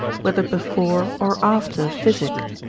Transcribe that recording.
whether before or after physic.